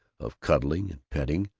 of cuddling and petting,